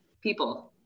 people